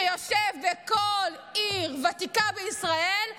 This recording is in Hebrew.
שיושב בכל עיר ותיקה בישראל,